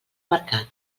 mercat